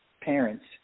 parents